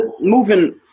moving